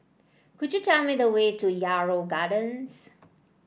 could you tell me the way to Yarrow Gardens